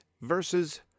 versus